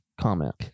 comment